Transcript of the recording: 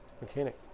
mechanic